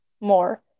more